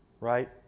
Right